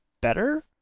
better